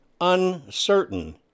uncertain